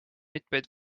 mitmeid